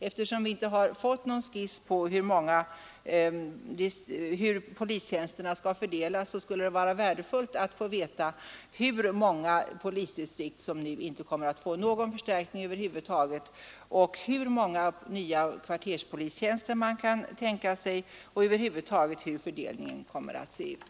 Eftersom vi inte har fått någon skiss på hur polistjänsterna skall fördelas skulle det vara värdefullt att få veta hur många polisdistrikt som nu inte kommer att få någon förstärkning alls, hur många nya kvarterspolistjänster man kan tänka sig och hur fördelningen över huvud taget kommer att se ut.